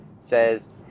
says